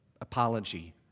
apology